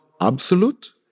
absolute